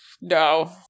No